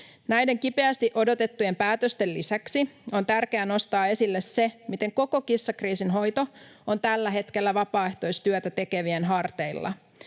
Näiden kipeästi odotettujen päätösten lisäksi on tärkeää nostaa esille se, miten koko kissakriisin hoito on tällä hetkellä vapaaehtoistyötä tekevien harteilla.